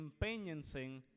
Empeñense